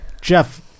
Jeff